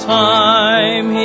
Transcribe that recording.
time